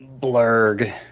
Blurg